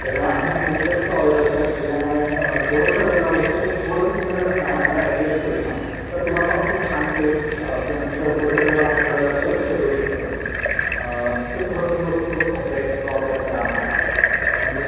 त्याच्यामुळे आधीच खूप जास्त ऑर्डर्स आहेत त्याच्यामुळे थोडंसा वेळ लागू शकतो थोडंसं तुम्ही जर आम्हाला ॲडजेस्ट केलंत न तर तुम्हा लोकांना छान टेस्ट किंवा तुमच्या फूडकडे पण आम्ही थोडं जास्त लक्ष देऊ शकतो ते थोडंसं थोडं कोऑपरेट कॉऑपरेट करा आम्हाला म्हणजे